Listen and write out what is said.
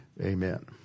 Amen